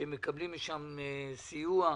שמקבלים משם סיוע.